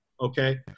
okay